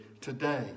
today